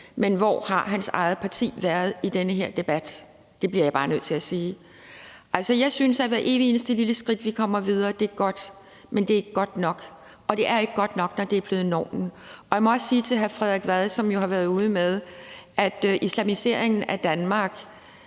men hvor har hans eget parti været i den her debat? Det bliver jeg bare nødt til at spørge om. Altså, jeg synes, at hvert eneste lille skridt, vi tager, så vi kommer videre, er godt. Men det er ikke godt nok, og det er ikke godt nok, når det er blevet normen. Og jeg må også sige til hr. Frederik Vad, som jo har været ude at sige, at islamiseringen af Danmark